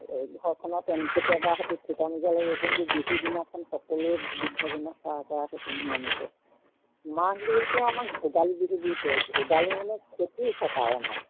ঘৰখনত কেতিয়াবা হয়তো ঠোটা মোজা লাগিব কিন্তু বিহুৰ দিনাখন সকলোৱে বৃদ্ধজনক সেৱা কৰা সেইটো নিয়ম আছে মাঘ বিহুটো আমাৰ ভোগালী বিহু বুলি কয় ভোগালী মানে খেতি চপায় আমাৰ